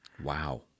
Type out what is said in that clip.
Wow